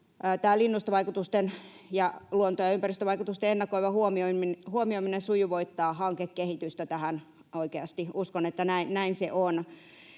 linnustovaikutusten ja luonto- ja ympäristövaikutusten ennakoiva huomioiminen sujuvoittaa hankekehitystä — tähän oikeasti uskon, että näin se on.